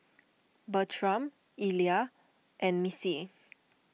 Bertram Illa and Missie